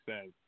says